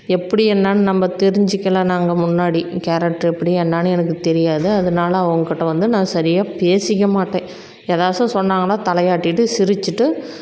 எப்படி என்னென்னு நம்ம தெரிஞ்சிக்கல நாங்கள் முன்னாடி கேரக்டர் எப்படி என்னென்னு எனக்கு தெரியாது அதனால அவங்ககிட்ட வந்து நான் சரியாக பேசிக்க மாட்டேன் எதாச்சும் சொன்னாங்கன்னா தலையாட்டிட்டு சிரிச்சிட்டு